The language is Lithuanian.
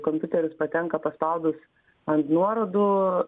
kompiuterius patenka paspaudus ant nuorodų